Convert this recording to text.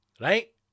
Right